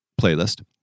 playlist